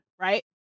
right